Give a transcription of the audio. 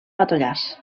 matollars